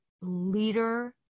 leader